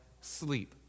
sleep